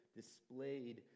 displayed